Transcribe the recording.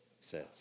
says